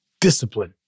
discipline